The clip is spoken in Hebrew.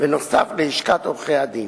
ונוסף ללשכת עורכי-הדין.